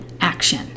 action